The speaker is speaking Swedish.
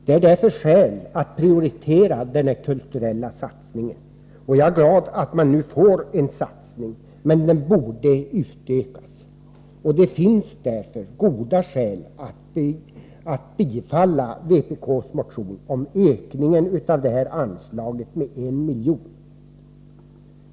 Det är därför skäl att prioritera den här kulturella satsningen, och jag är glad över att en satsning nu görs — men den borde vara större. Det finns således goda skäl att bifalla vpk:s motion om ökning av detta anslag med 1 milj.kr.